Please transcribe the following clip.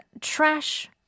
trash